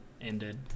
ended